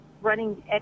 running